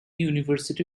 university